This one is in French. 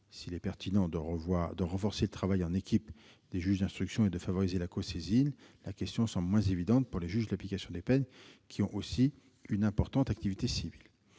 S'il est pertinent de renforcer le travail en équipe des juges d'instruction et de favoriser la cosaisine, la question semble moins évidente pour les juges de l'application des peines qui ont aussi une importante activité civile.